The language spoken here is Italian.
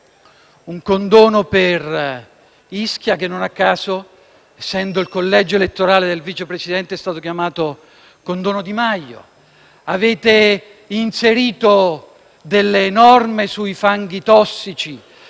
un condono per Ischia che, non a caso, essendo il collegio elettorale del Vice Presidente, è stato chiamato condono Di Maio. Avete inserito delle norme sui fanghi tossici